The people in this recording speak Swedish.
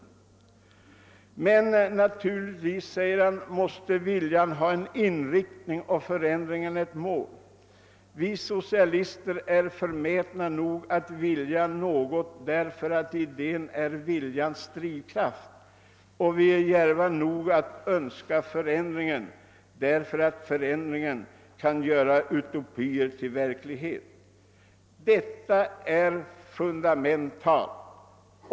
Men naturligtvis måste viljan ha en inriktning och förändringen ett mål. Vi socialister är förmätna nog att vilja något därför att idén är viljans drivkraft, och vi är djärva nog att önska förändringen därför att förändringen kan göra utopier till verklighet. Detta är fundamentalt.